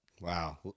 Wow